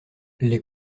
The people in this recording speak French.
les